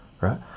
right